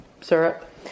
syrup